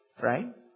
right